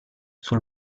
sul